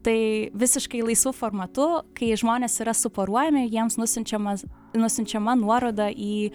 tai visiškai laisvu formatu kai žmonės yra suporuojami jiems nusiunčiamas nusiunčiama nuoroda į